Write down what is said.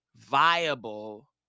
viable